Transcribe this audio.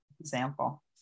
example